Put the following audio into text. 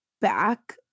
back